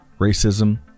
racism